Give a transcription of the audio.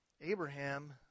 Abraham